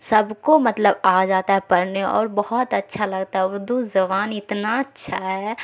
سب کو مطلب آ جاتا ہے پڑھنے اور بہت اچھا لگتا ہے اردو زبان اتنا اچھا ہے